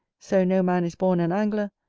so no man is born an angler,